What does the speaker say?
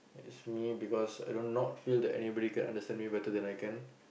is me because I do not feel that anybody can understand me better than I can